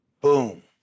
boom